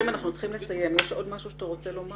מוטי, אנחנו חייבים לסיים, אתה רוצה להוסיף משהו?